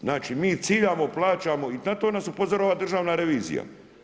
Znači, mi ciljamo, plaćamo i na to nas upozorava državna revizija.